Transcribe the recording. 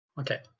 Okay